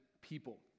people